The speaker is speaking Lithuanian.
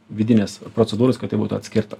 vidinės procedūros kad tai būtų atskirta